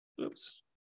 Oops